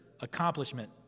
accomplishment